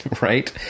right